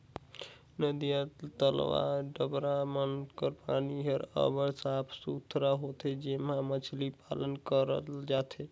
नदिया, तलवा, डबरा मन कर पानी हर अब्बड़ साफ सुथरा होथे जेम्हां मछरी पालन करल जाथे